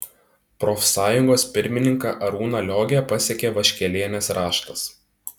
profsąjungos pirmininką arūną liogę pasiekė vaškelienės raštas